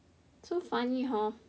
so funny hor